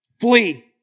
Flee